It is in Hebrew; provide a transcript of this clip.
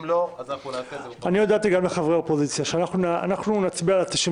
אם לא אז אנחנו נעשה את זה.